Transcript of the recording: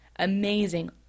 amazing